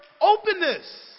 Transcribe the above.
openness